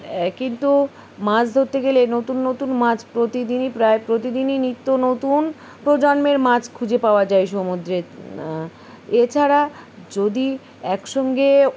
কিন্তু মাছ ধরতে গেলে নতুন নতুন মাছ প্রতিদিনই প্রায় প্রতিদিনই নিত্য নতুন প্রজন্মের মাছ খুঁজে পাওয়া যায় সমুদ্রে এছাড়া যদি একসঙ্গে